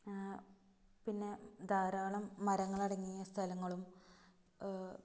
പിന്നെ ധാരാളം മരങ്ങളടങ്ങിയ സ്ഥലങ്ങളും